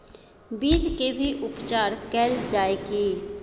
बीज के भी उपचार कैल जाय की?